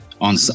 on